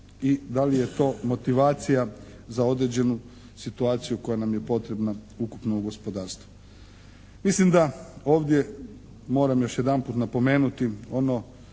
i da li je to motivacija za određenu situaciju koja nam je potrebna ukupno u gospodarstvu. Mislim da ovdje moram još jedanput napomenuti ono